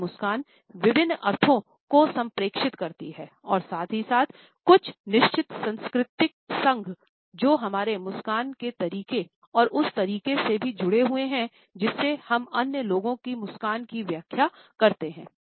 एक मुस्कान विभिन्न अर्थों को संप्रेषित करती है और साथ ही साथ कुछ निश्चित सांस्कृतिक संघ जो हमारे मुस्कुराने के तरीके और उस तरीके से भी जुड़े हुए हैं जिससे हम अन्य लोगों की मुस्कान की व्याख्या करते हैं